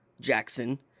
Jackson